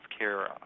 healthcare